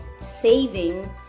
saving